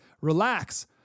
relax